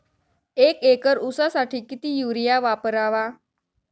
एक एकर ऊसासाठी किती युरिया वापरावा?